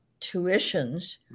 tuitions